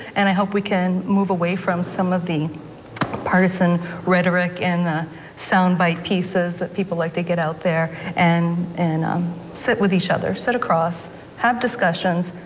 and i hope we can move away from some of the partisan rhetoric and soundbite pieces that people like to get out there and and um sit with each other, sit across have discussions,